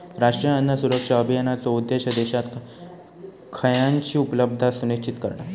राष्ट्रीय अन्न सुरक्षा अभियानाचो उद्देश्य देशात खयानची उपलब्धता सुनिश्चित करणा